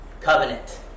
covenant